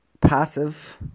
passive